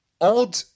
Odd